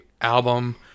album